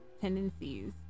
tendencies